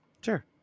Sure